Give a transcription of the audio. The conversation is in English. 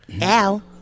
Al